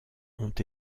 ont